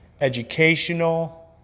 educational